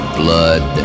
blood